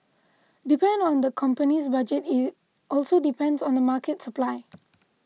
depend on the company's budget and it also depends on the market supply